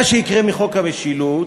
מה שיקרה מחוק המשילות,